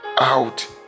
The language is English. out